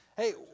Hey